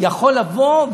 יכול לבוא,